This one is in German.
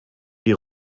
die